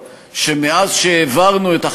מערך הגיור לא היה אצל הציבור